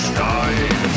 Stein